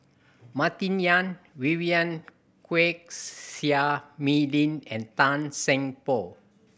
Martin Yan Vivien Quahe Seah Mei Lin and Tan Seng Poh